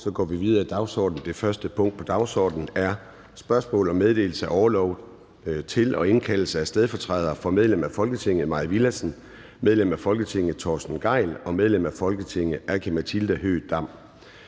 holdt 1 minuts stilhed). --- Det første punkt på dagsordenen er: 1) Spørgsmål om meddelelse af orlov til og indkaldelse af stedfortrædere for medlem af Folketinget Mai Villadsen (EL), medlem af Folketinget Torsten Gejl (ALT) og medlem af Folketinget Aki-Matilda Høegh-Dam